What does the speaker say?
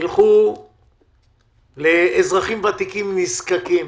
ילכו לאזרחים ותיקים נזקקים